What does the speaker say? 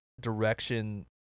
direction